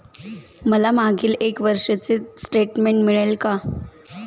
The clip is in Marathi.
मला मागील एक वर्षाचे स्टेटमेंट मिळेल का?